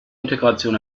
integration